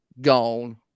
gone